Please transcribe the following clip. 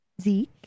Zeke